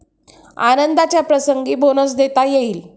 आनंदाच्या प्रसंगी बोनस देता येईल